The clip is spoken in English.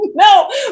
No